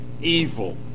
evil